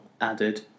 added